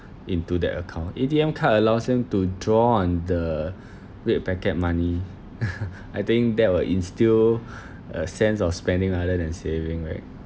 into that account A_T_M card allows them to draw on the red packet money I think that will instil a sense of spending rather than saving right